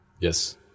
yes